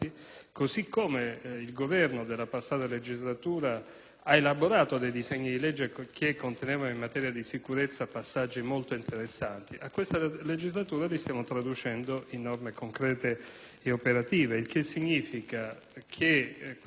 elaborato dei disegni di legge che contenevano in materia di sicurezza passaggi molto interessanti. In questa legislatura stiamo traducendo i suddetti passaggi in norme concrete ed operative. Ciò significa che questo Governo e la maggioranza che lo sostiene non valutano